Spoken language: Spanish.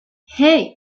hey